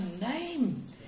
name